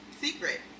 secret